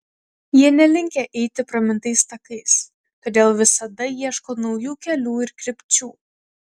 jie nelinkę eiti pramintais takais todėl visada ieško naujų kelių ir krypčių